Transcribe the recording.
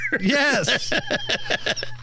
Yes